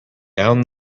down